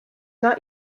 not